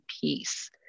peace